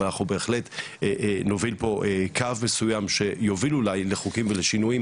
אבל אנחנו בהחלט נוביל פה קו מסוים שיוביל אולי לחוקים ולשינוי,